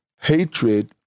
hatred